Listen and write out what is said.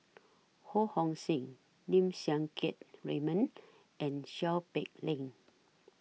Ho Hong Sing Lim Siang Keat Raymond and Seow Peck Leng